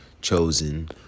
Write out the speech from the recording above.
chosen